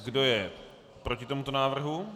Kdo je proti tomuto návrhu?